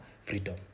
freedom